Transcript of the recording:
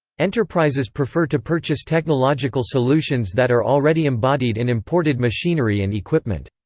enterprises prefer to purchase technological solutions that are already embodied in imported machinery and equipment.